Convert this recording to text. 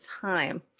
time